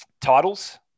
titles